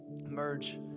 merge